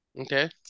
Okay